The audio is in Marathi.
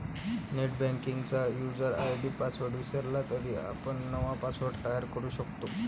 नेटबँकिंगचा युजर आय.डी पासवर्ड विसरला तरी आपण नवा पासवर्ड तयार करू शकतो